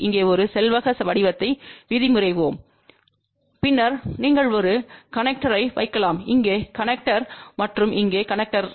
இங்கே ஒரு செவ்வக வடிவத்தை விதிமுறைவோம் பின்னர் நீங்கள் ஒரு கனேக்டர்யை வைக்கலாம் இங்கே கனேக்டர்பான் மற்றும் இங்கே கனேக்டர்பான்